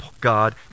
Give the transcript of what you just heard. god